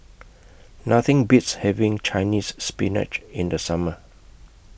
Nothing Beats having Chinese Spinach in The Summer